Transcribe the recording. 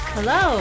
Hello